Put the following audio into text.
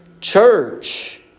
Church